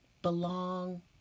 Belong